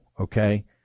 okay